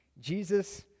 Jesus